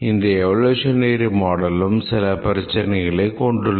இந்த எவோலோஷனரி மாடலும் சில பிரச்சினைகளை கொண்டுள்ளது